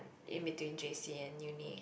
in between J_C and uni